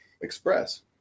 express